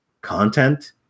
content